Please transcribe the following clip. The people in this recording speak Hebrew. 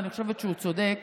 ואני חושבת שהוא צודק.